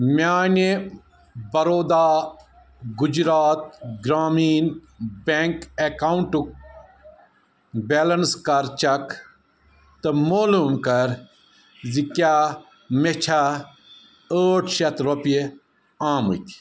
میٛانہِ بَروڈا گُجرات گرٛامیٖن بیٚنٛک اکاونٹُک بیلنس کَر چیک تہٕ مولوٗم کَر زِ کیٛاہ مےٚ چھا ٲٹھ سَتھ رۄپیہِ آمٕتۍ